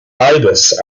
ibis